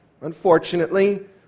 unfortunately